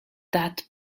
that